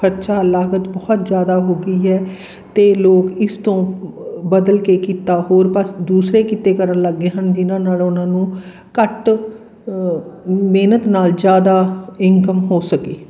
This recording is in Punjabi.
ਖਰਚਾ ਲਾਗਤ ਬਹੁਤ ਜ਼ਿਆਦਾ ਹੋ ਗਈ ਹੈ ਅਤੇ ਲੋਕ ਇਸ ਤੋਂ ਬਦਲ ਕੇ ਕਿੱਤਾ ਹੋਰ ਪਾਸੇ ਦੂਸਰੇ ਕਿੱਤੇ ਕਰਨ ਲੱਗ ਗਏ ਹਨ ਜਿਨ੍ਹਾਂ ਨਾਲ ਉਹਨਾਂ ਨੂੰ ਘੱਟ ਮਿਹਨਤ ਨਾਲ ਜ਼ਿਆਦਾ ਇਨਕਮ ਹੋ ਸਕੇ